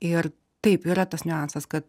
ir taip yra tas niuansas kad